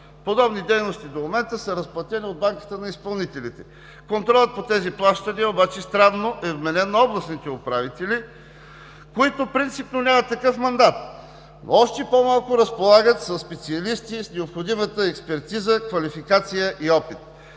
Подобни дейности до момента са разплатени от банките на изпълнителите. Контролът по тези плащания обаче, странно, е вменен на областните управители, които принципно нямат такъв мандат, но още по-малко разполагат със специалисти и с необходимата експертиза, квалификация и опит.